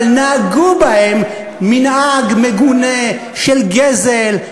אבל נהגו בהם מנהג מגונה של גזל,